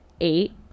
eight